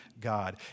God